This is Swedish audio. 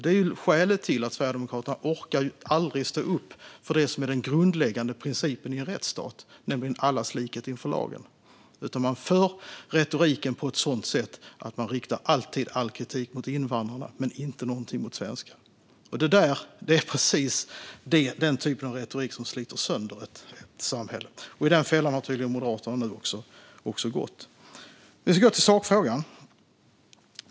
Det är skälet till att Sverigedemokraterna aldrig orkar stå upp för det som är den grundläggande principen i en rättsstat, nämligen allas likhet inför lagen. Man för retoriken på ett sådant sätt att man alltid riktar all kritik mot invandrarna men inte någonting mot svenskar. Det där är precis den typ av retorik som sliter sönder ett samhälle, och i den fällan har tydligen nu också Moderaterna gått. Jag ska gå över till sakfrågan.